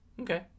Okay